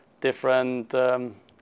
Different